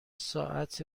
ساعت